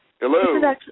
Hello